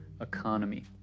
economy